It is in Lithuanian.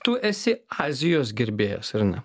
tu esi azijos gerbėjas ar ne